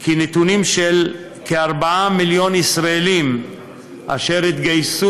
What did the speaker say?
כי נתונים של כ-4 מיליון ישראלים אשר התגייסו